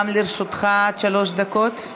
גם לרשותך עד שלוש דקות.